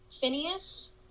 Phineas